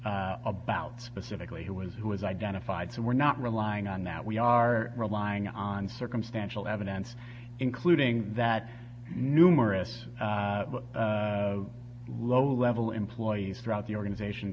about specifically who was who was identified so we're not relying on that we are rely on circumstantial evidence including that numerous low level employees throughout the organization